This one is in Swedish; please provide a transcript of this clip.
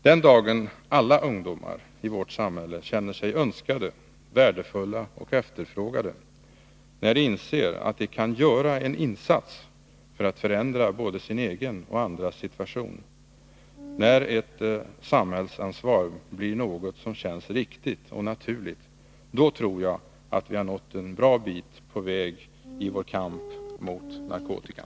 Den dagen alla ungdomar i vårt samhälle känner sig önskade, värdefulla och efterfrågade, när de inser att de kan göra en insats för att förändra både sin egen och andras situation, när ett samhällsansvar blir något som känns riktigt och naturligt — då tror jag vi har nått en bra bit på väg i vår kamp mot narkotikan.